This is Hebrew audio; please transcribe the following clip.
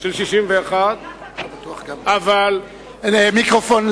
של 61. מיקרופון.